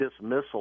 dismissal